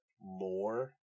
more